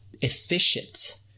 efficient